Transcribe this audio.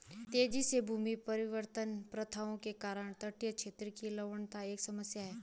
तेजी से भूमि परिवर्तन प्रथाओं के कारण तटीय क्षेत्र की लवणता एक समस्या है